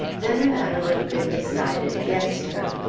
then the matter would have been decided against her.